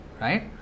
right